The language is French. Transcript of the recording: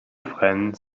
fresnes